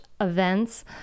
events